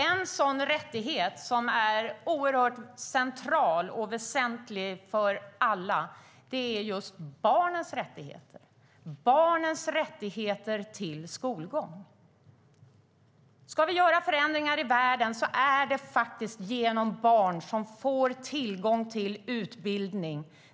En sådan rättighet, som är oerhört central och väsentlig för alla, är just barnens rättigheter - barnens rättigheter till skolgång. Om vi ska göra förändringar i världen är det genom barn som får tillgång till utbildning.